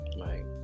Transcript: Right